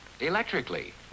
electrically